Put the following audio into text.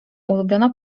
ulubiona